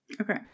Okay